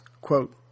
quote